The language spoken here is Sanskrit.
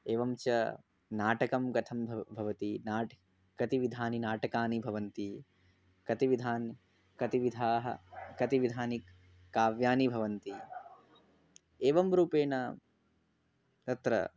एवं च नाटकं कथं भव् भवति नाट्यं कति विधानि नाटकानि भवन्ति कति विधानि कति विधानि कति विधानि काव्यानि भवन्ति एवं रूपेण तत्र